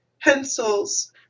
pencils